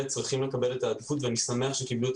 צריכים לקבל את העדיפות ואני שמח שהם קיבלו את